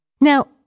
Now